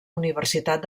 universitat